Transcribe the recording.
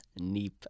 Neep